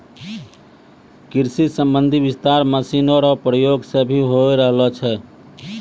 कृषि संबंधी विस्तार मशीन रो प्रयोग से भी होय रहलो छै